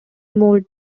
more